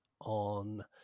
on